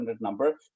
number